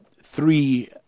three